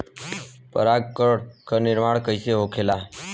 पराग कण क निर्माण कइसे होखेला?